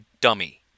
dummy